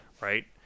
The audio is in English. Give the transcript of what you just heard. right